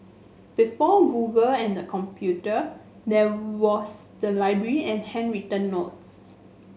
before Google and the computer there was the library and handwritten notes